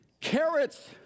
Carrots